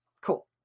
Cool